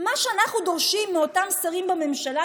מה שאנחנו דורשים מאותם שרים בממשלה,